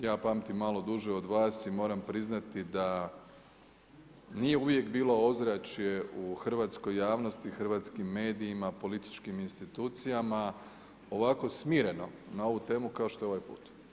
Ja pamtim malo duže od vas i moram priznati da nije uvijek bilo ozračje u hrvatskoj javnosti, hrvatskim medijima, političkim institucijama ovako smireno na ovu temu kao što je ovaj put.